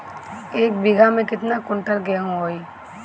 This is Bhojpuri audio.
एक बीगहा में केतना कुंटल गेहूं होई?